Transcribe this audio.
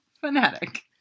Fanatic